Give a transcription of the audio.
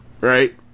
right